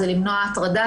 למנוע הטרדה,